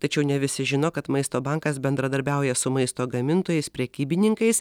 tačiau ne visi žino kad maisto bankas bendradarbiauja su maisto gamintojais prekybininkais